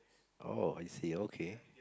oh I see okay